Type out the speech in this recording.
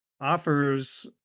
offers